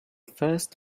first